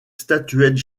statuettes